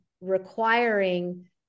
requiring